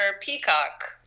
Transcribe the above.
peacock